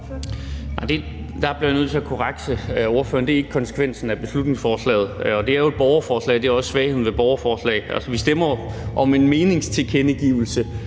Der bliver jeg nødt til at korrekse ordføreren. Det er ikke konsekvensen af beslutningsforslaget. Det er jo et borgerforslag, og det er også svagheden ved borgerforslag. Vi stemmer om en meningstilkendegivelse,